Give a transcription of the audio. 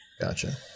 Gotcha